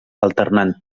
alternant